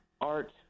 art